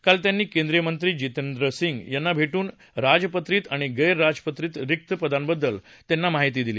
काल त्यांनी केंद्रीय मंत्री जितेंद्र सिंग यांना भेटून राजपत्रित आणि गैर राजपत्रित रिक्त पदांबद्दल त्यांनी माहिती दिली